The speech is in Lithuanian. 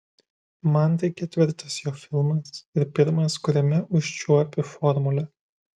man tai ketvirtas jo filmas ir pirmas kuriame užčiuopiu formulę